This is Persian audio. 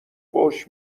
فحش